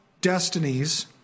destinies